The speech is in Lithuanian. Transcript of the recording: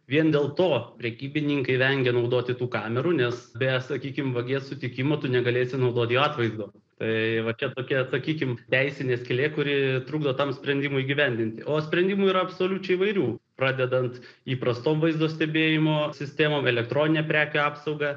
vien dėl to prekybininkai vengia naudoti tų kamerų nes be sakykim vagies sutikimo tu negalėsi naudot jo atvaizdo tai va čia tokia sakykim teisinė skylė kuri trukdo tam sprendimui įgyvendinti o sprendimų yra absoliučiai įvairių pradedant įprastom vaizdo stebėjimo sistemom elektronine prekių apsauga